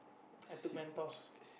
have to